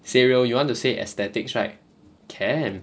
say real you want to say aesthetics right can